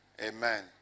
Amen